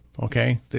Okay